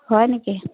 হয় নেকি